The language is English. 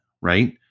right